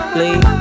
leave